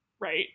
right